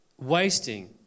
wasting